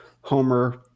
Homer